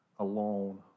Alone